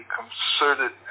concerted